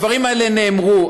הדברים האלה נאמרו,